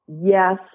yes